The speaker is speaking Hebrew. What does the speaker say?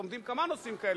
עומדים כמה נושאים כאלה,